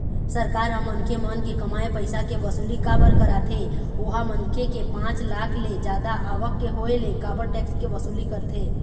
सरकार ह मनखे मन के कमाए पइसा के वसूली काबर कारथे ओहा मनखे के पाँच लाख ले जादा आवक के होय ले काबर टेक्स के वसूली करथे?